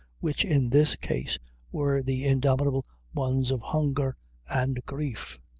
which in this case were the indomitable ones of hunger and grief.